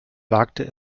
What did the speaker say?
wagte